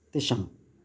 इति शम्